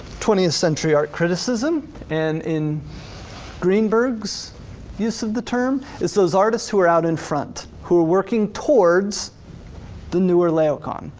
twentieth century art criticism and in greenberg's use of the term? it's those artists who are out in front, who are working towards the newer laocoon.